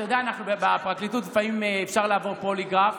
אתה יודע, בפרקליטות אפשר לעבור פוליגרף,